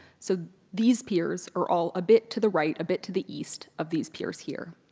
so these piers are all a bit to the right, a bit to the east of these piers here.